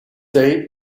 day